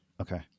okay